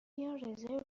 رزرو